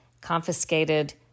confiscated